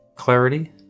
clarity